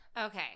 Okay